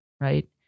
Right